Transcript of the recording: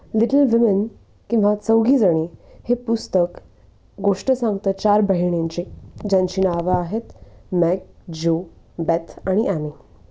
little Women किंवा चौघीजणी हे पुस्तक गोष्ट सांगतं चार बहिणींची ज्यांची नावं आहेत मेग ज्यो बेथ आणि ॲमी